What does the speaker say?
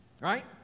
right